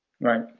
right